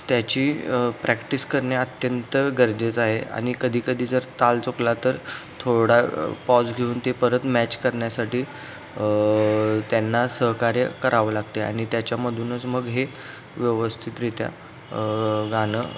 त्याची प्रॅक्टिस करणे अत्यंत गरजेचं आहे आणि कधीकधी जर ताल चुकला तर थोडा पॉज घेऊन ते परत मॅच करण्यासाठी त्यांना सहकार्य करावं लागते आणि त्याच्यामधूनच मग हे व्यवस्थितरित्या गाणं